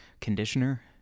conditioner